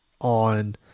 on